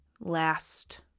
last